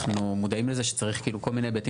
אנחנו מודעים לזה שצריך כאילו כל מיני היבטים